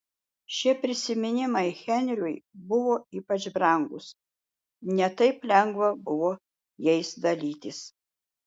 šie prisiminimai henriui buvo ypač brangūs ne taip lengva buvo jais dalytis